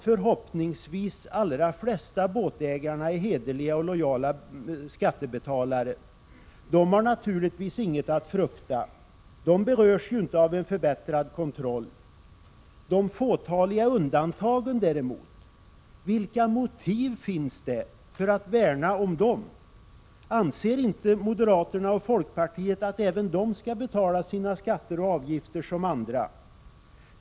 Förhoppningsvis är de allra flesta båtägare hederliga och lojala skattebetalare. De har naturligtvis inget att frukta. De berörs ju inte av en förbättrad kontroll. Det gör däremot de fåtaliga undantagen, men vilka motiv finns det för att värna om dem? Anser inte moderaterna och folkpartiet att de skall betala sina skatter och avgifter som andra?